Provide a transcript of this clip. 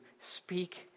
speak